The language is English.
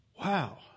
Wow